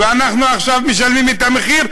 ואנחנו עכשיו משלמים את המחיר,